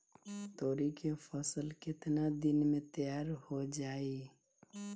तोरी के फसल केतना दिन में तैयार हो जाई?